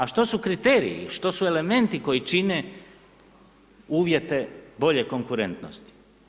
A što su kriteriji, što su elementi koji čine uvjete bolje konkurentnosti?